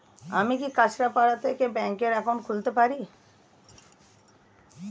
আমি কি কাছরাপাড়া থেকে ব্যাংকের একাউন্ট খুলতে পারি?